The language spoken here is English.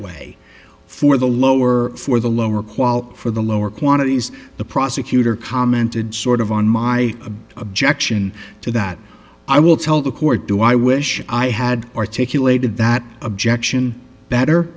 way for the lower for the lower quality for the lower quantities the prosecutor commented sort of on my objection to that i will tell the court do i wish i had articulated that objection better